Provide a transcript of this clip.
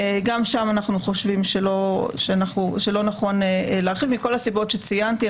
גם שם אנחנו חושבים שלא נכון להרחיב מכל הסיבות שציינתי.